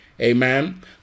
Amen